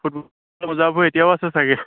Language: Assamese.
ফটোত এতিয়াও আছে চাগে